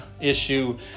issue